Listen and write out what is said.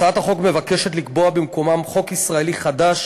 הצעת החוק מבקשת לקבוע במקומן חוק ישראלי חדש